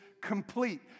complete